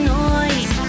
noise